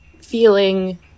feeling